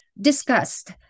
discussed